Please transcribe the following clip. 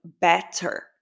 better